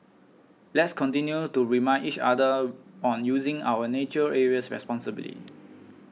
let's continue to remind each other on using our nature areas responsibly